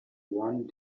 one